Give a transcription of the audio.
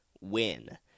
win